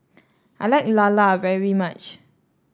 I like lala very much